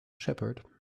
shepherd